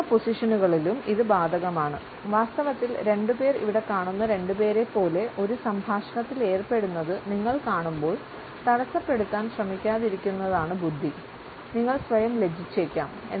നിൽക്കുന്ന പൊസിഷനുകളിലും ഇത് ബാധകമാണ് വാസ്തവത്തിൽ രണ്ടുപേർ ഇവിടെ കാണുന്ന രണ്ടുപേരെപ്പോലെ ഒരു സംഭാഷണത്തിൽ ഏർപ്പെടുന്നത് നിങ്ങൾ കാണുമ്പോൾ തടസ്സപ്പെടുത്താൻ ശ്രമിക്കാതിരിക്കുന്നതാണ് ബുദ്ധി നിങ്ങൾ സ്വയം ലജ്ജിച്ചേക്കാം